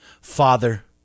Father